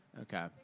Okay